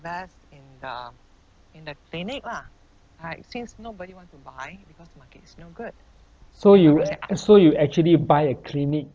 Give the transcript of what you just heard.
so you ac~ so you actually buy a clinic